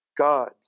God